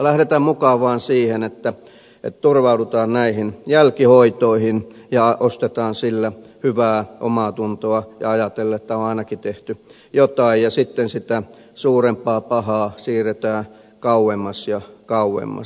lähdetään mukaan vaan siihen että turvaudutaan näihin jälkihoitoihin ja ostetaan sillä hyvää omaatuntoa ja ajatellaan että on ainakin tehty jotain ja sitten sitä suurempaa pahaa siirretään kauemmas ja kauemmas